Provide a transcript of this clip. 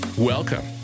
Welcome